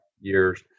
years